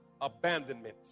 abandonment